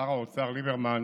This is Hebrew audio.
ששר האוצר ליברמן